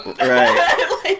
Right